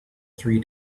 three